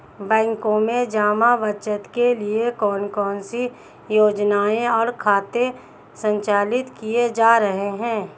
बैंकों में जमा बचत के लिए कौन कौन सी योजनाएं और खाते संचालित किए जा रहे हैं?